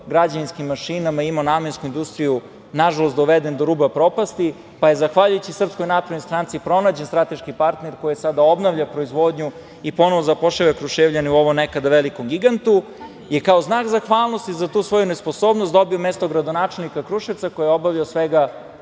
građevinskim mašinama, imao namensku industriju, nažalost, doveden do ruba propasti, pa je zahvaljujući SNS pronađen strateški partner koji sada obnavlja proizvodnju i ponovo zapošljava Kruševljane u ovom nekada velikom gigantu i kao znak zahvalnosti za tu svoju nesposobnost dobio mesto gradonačelnika Kruševca, koji je obavljao svega